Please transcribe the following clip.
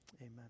Amen